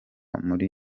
muri